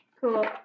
Cool